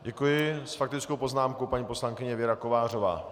Děkuji, s faktickou poznámkou paní poslankyně Věra Kovářová.